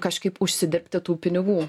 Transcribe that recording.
kažkaip užsidirbti tų pinigų